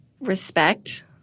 respect